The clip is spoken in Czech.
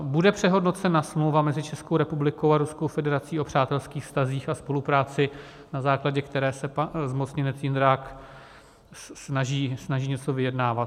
Bude přehodnocena smlouva mezi Českou republikou a Ruskou federací o přátelských vztazích a spolupráci, na základě které se pan zmocněnec Jindrák snaží něco vyjednávat?